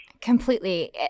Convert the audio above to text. completely